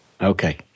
Okay